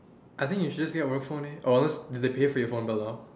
I think you just get work phone leh or else do they pay for your phone bill though